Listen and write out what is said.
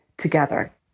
together